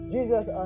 Jesus